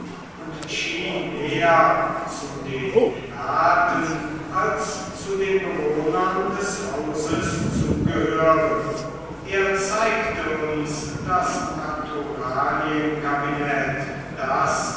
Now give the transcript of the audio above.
und schien mehr zu den penaten als zu den bewohnern des hauses zu gehören er zeigte uns das naturalienkabinett das